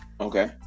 Okay